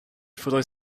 faudrait